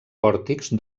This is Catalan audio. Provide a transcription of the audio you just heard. pòrtics